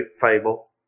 fable